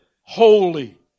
holy